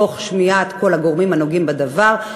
תוך שמיעת כל הגורמים הנוגעים בדבר,